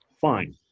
Fine